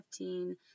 2015